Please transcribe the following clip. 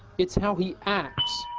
it's how he acts.